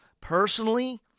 Personally